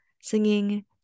Singing